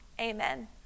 amen